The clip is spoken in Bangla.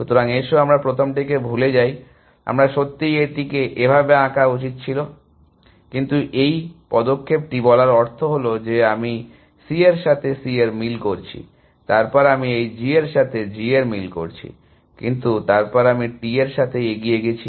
সুতরাং এসো আমরা প্রথমটিকে ভুলে যাই আমার সত্যিই এটিকে এভাবে আঁকা উচিত ছিল কিন্তু এই পদক্ষেপটি বলার অর্থ হল যে আমি এই C এর সাথে C এর মিল করছি তারপর আমি এই G এর সাথে এই G এর মিল করছি কিন্তু তারপর আমি T এর সাথে এগিয়ে গেছি